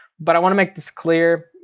but i want to make this clear.